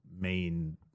main